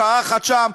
קרחת שם.